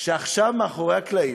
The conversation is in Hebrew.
שעכשיו מאחורי הקלעים,